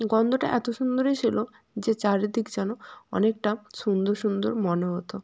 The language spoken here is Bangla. গন্ধটা এত সুন্দরই ছিল যে চারিদিক যেন অনেকটা সুন্দর সুন্দর মনে হতো